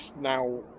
now